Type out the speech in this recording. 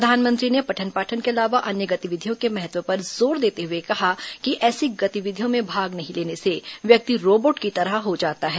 प्रधानमंत्री ने पठन पाठन के अलावा अन्य गतिविधियों के महत्व पर जोर देते हुए कहा कि ऐसी गतिविधियां में भाग नहीं लेने से व्यक्ति रोबोट की तरह हो जाता है